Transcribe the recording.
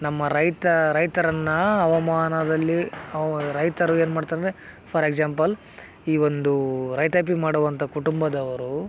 ನಮ್ಮ ರೈತ ರೈತರನ್ನು ಹವಮಾನದಲ್ಲಿ ಹವಾ ರೈತರು ಏನು ಮಾಡ್ತಾರೆ ಅಂದರೆ ಫಾರ್ ಎಗ್ಶಾಂಪಲ್ ಈ ಒಂದು ರೈತಾಪಿ ಮಾಡುವಂತ ಕುಟುಂಬದವರು